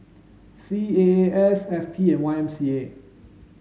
C A A S F T and Y M C A